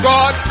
God